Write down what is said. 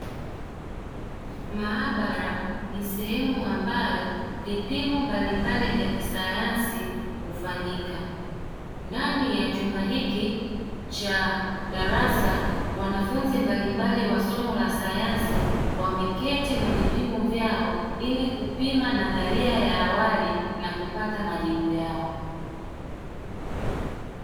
Maabara ni sehemu ambayo vipimo mbalimbali vya kisayansi hufanyika ndani ya chumba hiki cha darasa, wanafunzi mbalimbali wa somo la sayansi wameketi na vipimo vyao ili kupima nadharia ya awali na kupata majibu yao.